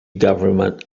government